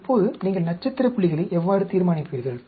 இப்போது நீங்கள் நட்சத்திர புள்ளிகளை எவ்வாறு தீர்மானிப்பீர்கள்